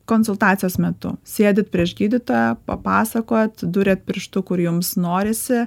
konsultacijos metu sėdit prieš gydytoją papasakojat duriat pirštu kur jums norisi